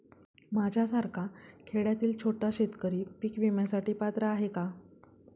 माझ्यासारखा खेड्यातील छोटा शेतकरी पीक विम्यासाठी पात्र आहे का?